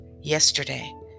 yesterday